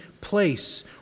place